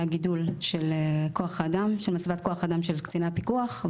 גידול של מצבת כוח האדם של קצין הפיקוח,